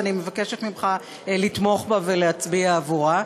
אז אני מבקשת ממך לתמוך בה ולהצביע עבורה.